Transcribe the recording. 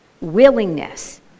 willingness